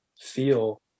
feel